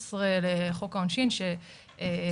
216 לחוק העונשין התשל"ז-1977 שבעצם